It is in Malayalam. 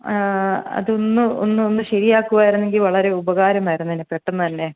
അതൊന്ന് ഒന്ന് ഒന്ന് ശരിയാക്കുവായിരുന്നെങ്കിൽ വളരെ ഉപകാരമായിരുന്നേന്നെ പെട്ടെന്ന് തന്നെ